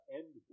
end